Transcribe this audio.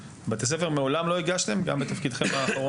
מעולם לא הוגשו כתבי אישום?